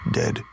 dead